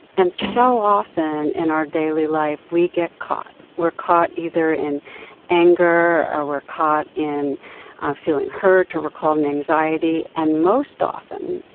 and so often in our daily life, we get caught. we're caught either in anger, or we're caught in feeling hurt, or we're caught in anxiety. and most often,